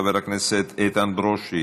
חבר הכנסת איתן ברושי,